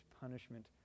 punishment